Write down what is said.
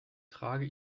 trage